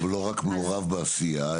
ולא רק מעורב בעשייה.